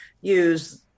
use